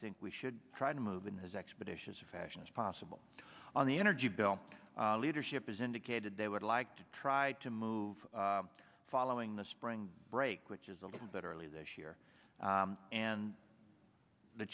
think we should try to move in as expeditious fashion as possible on the energy bill leadership has indicated they would like to try to move following the spring break which is a little bit early this year and the